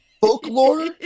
Folklore